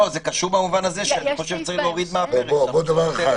זה קשור במובן הזה שאני חושב שצריך להוריד מהפרק את הטלפון.